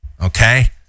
okay